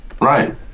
right